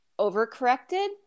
overcorrected